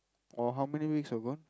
or how many weeks ago